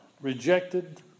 rejected